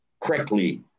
correctly